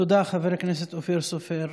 תודה, חבר הכנסת אופיר סופר.